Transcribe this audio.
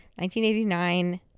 1989